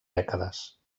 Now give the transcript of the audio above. dècades